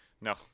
no